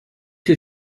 two